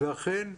ואכן,